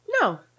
no